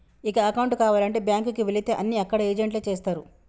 ఇక అకౌంటు కావాలంటే బ్యాంకుకి వెళితే అన్నీ అక్కడ ఏజెంట్లే చేస్తరు